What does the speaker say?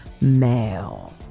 mail